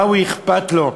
מה אכפת לו?